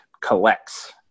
collects